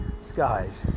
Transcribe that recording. skies